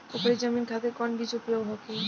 उपरी जमीन खातिर कौन बीज उपयोग होखे?